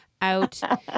out